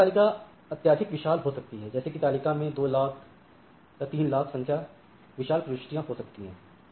routing तालिका अत्यधिक विशाल हो सकती है जैसे कि तालिका में 200000 200000 300000 संख्या जैसी विशाल प्रविष्टियाँ हो सकती हैं